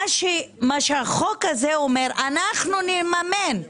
מה שהחוק הזה אומר, אנחנו נממן,